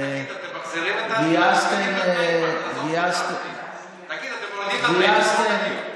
תגיד שאתם מורידים את התנאים, נגמור את הדיון.